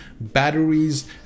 batteries